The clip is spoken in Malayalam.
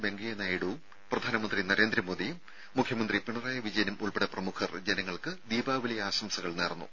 വെങ്കയ്യ നായിഡുവും പ്രധാനമന്ത്രി നരേന്ദ്രമോദിയും മുഖ്യമന്ത്രി പിണറായി വിജയനും ഉൾപ്പെടെ പ്രമുഖർ ജനങ്ങൾക്ക് ദീപാവലി ആശംസകൾ നേർന്നു